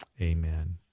Amen